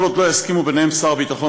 כל עוד לא יסכימו ביניהם שר הביטחון